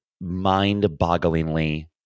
mind-bogglingly